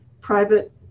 private